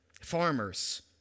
farmers